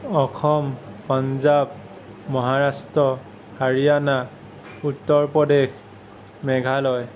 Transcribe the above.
Assam Punjab Maharashtra Haryana Uttar Pradesh Meghalaya